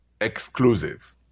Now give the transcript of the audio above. exclusive